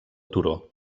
turó